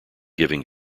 giving